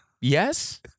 Yes